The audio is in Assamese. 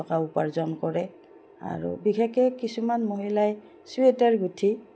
টকা উপাৰ্জন কৰে আৰু বিশেষকৈ কিছুমান মহিলাই চুৱেটাৰ গুঠি